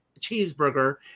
cheeseburger